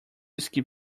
skip